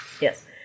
Yes